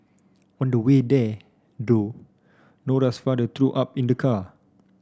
on the way there though Nora's father threw up in the car